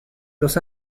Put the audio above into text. los